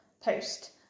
post